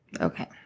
Okay